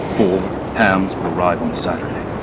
four hams will arrive on saturday.